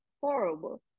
horrible